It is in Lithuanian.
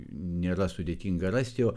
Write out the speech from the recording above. nėra sudėtinga rast jo